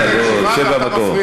שב במקום.